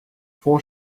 font